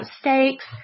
steaks